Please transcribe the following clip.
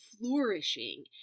flourishing